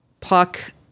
puck